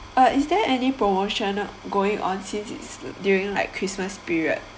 uh is there any promotional going on since during like Christmas period